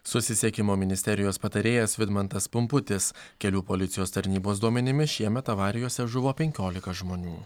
susisiekimo ministerijos patarėjas vidmantas pumputis kelių policijos tarnybos duomenimis šiemet avarijose žuvo penkiolika žmonių